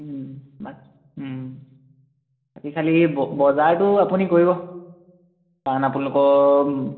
বাক বাকী খালি ব বজাৰটো আপুনি কৰিব কাৰণ আপোনালোকৰ